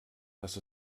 dass